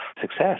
success